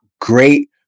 great